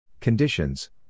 Conditions